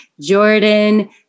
Jordan